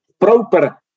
proper